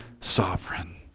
sovereign